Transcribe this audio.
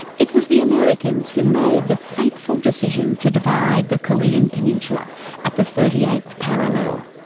it was the americans who made the fateful decision to divide the korean peninsula at the thirty eighth parallel.